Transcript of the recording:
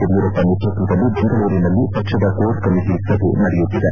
ಯಡಿಯೂರಪ್ಪ ನೇತೃತ್ವದಲ್ಲಿ ಬೆಂಗಳೂರಿನಲ್ಲಿ ಪಕ್ಷದ ಕೋರ್ ಕಮಿಟಿ ಸಭೆ ನಡೆಯುತ್ತಿದೆ